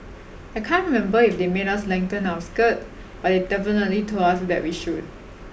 I can't remember if they made us lengthen our skirt but they definitely told us that we should